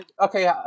Okay